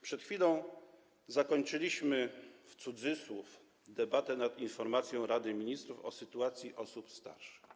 Przed chwilą zakończyliśmy - w cudzysłowie - debatę nad informacją Rady Ministrów o sytuacji osób starszych.